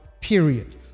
period